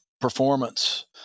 performance